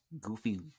goofy